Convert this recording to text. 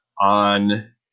on